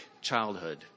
childhood